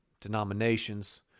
denominations